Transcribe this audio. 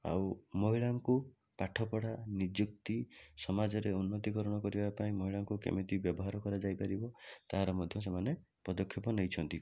ଆଉ ମହିଳାଙ୍କୁ ପାଠପଢ଼ା ନିଯୁକ୍ତି ସମାଜରେ ଉନ୍ନତିକରଣ କରିବା ପାଇଁ ମହିଳାଙ୍କୁ କେମିତି ବ୍ୟବହାର କରାଯାଇପାରିବ ତାର ମଧ୍ୟ ସେମାନେ ପଦକ୍ଷେପ ନେଇଛନ୍ତି